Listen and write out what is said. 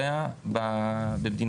כל שאר העבירות: מעשה מגונה,